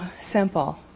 simple